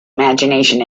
imagination